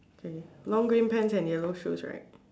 okay long green pants and yellow shoes right